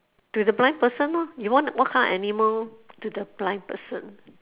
to the blind person lor you want what kind of animal to the blind person